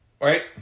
Right